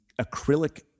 acrylic